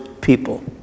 people